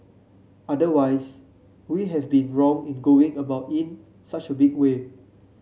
otherwise we have been wrong in going about in such a big way